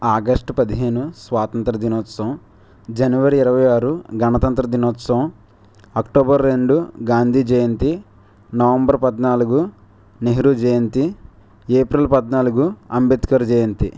August పదిహేను స్వాతంత్ర దినోత్సవం జనవరి ఇరవైఆరు గణతంత్ర దినోత్సవం అక్టోబర్ రెండు గాంధీ జయంతి నవంబర్ పద్నాలుగు నెహ్రూ జయంతి ఏప్రిల్ పద్నాలుగు అంబేద్కర్ జయంతి